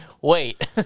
Wait